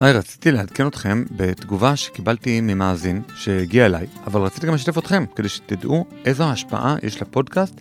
היי, רציתי לעדכן אתכם בתגובה שקיבלתי ממאזין שהגיעה אליי, אבל רציתי גם לשתף אתכם כדי שתדעו איזו השפעה יש לפודקאסט.